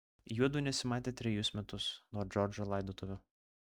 juodu nesimatė trejus metus nuo džordžo laidotuvių